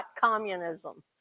communism